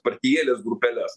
partijėlės grupeles